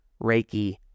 Reiki